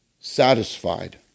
satisfied